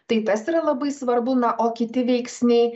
tai tas yra labai svarbu na o kiti veiksniai